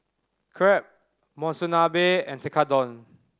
Crepe Monsunabe and Tekkadon